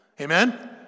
Amen